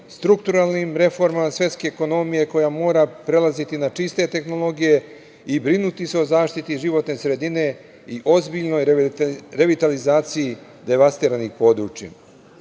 strukturalnim reformama svetske ekonomije koja mora prelaziti na čiste tehnologije i brinuti se o zaštiti životne sredine i ozbiljnoj revitalizaciji devastiranih područjima. Mogu